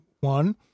One